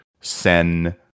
sen